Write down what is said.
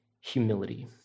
humility